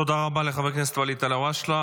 תודה רבה לחבר הכנסת ואליד אלהואשלה.